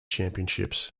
championships